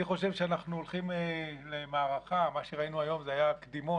אני חושב שאנחנו הולכים למערכה מה שראינו היום זה היה קדימון